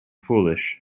foolish